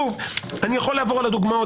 אני יכול לעבור על הדוגמאות,